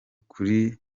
kuri